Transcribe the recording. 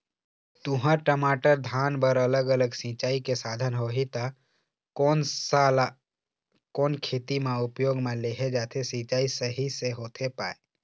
तुंहर, टमाटर, धान बर अलग अलग सिचाई के साधन होही ता कोन सा ला कोन खेती मा उपयोग मा लेहे जाथे, सिचाई सही से होथे पाए?